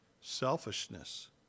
selfishness